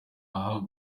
aha